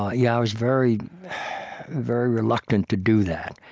i ah was very very reluctant to do that.